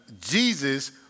Jesus